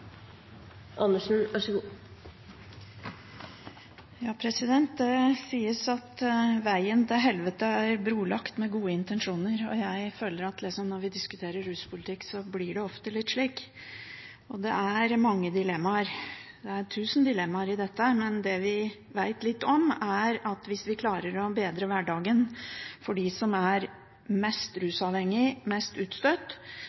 brolagt med gode intensjoner. Jeg føler at når vi diskuterer ruspolitikk, blir det ofte litt slik. Det er mange dilemmaer – ja, det er tusen dilemmaer i dette – men det vi vet litt om, er at hvis vi klarer å bedre hverdagen for dem som er mest